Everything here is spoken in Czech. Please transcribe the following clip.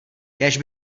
kéž